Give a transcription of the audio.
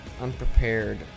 unprepared